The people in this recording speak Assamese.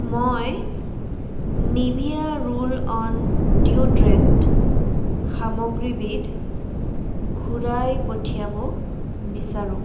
মই নিভিয়া ৰোল অন ডিঅ'ড্ৰেণ্ট সামগ্ৰীবিধ ঘূৰাই পঠিয়াব বিচাৰোঁ